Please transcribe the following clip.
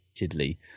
repeatedly